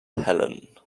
helene